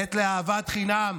עת לאהבת חינם